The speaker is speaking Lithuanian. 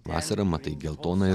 vasarą matai geltoną ir